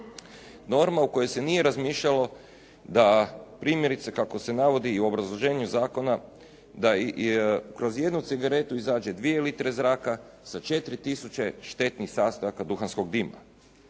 norma u kojoj se nije razmišljalo da primjerice kako se navodi i u obrazloženju zakona da kroz jednu cigaretu izađe dvije litre zraka sa 4 tisuće štetnih sastojaka duhanskog dima.